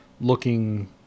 looking